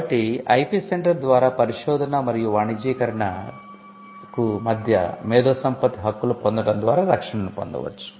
కాబట్టి IP centre పొందడం ద్వారా రక్షణను పొందవచ్చు